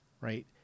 right